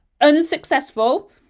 unsuccessful